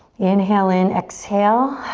inhale in, exhale.